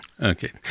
Okay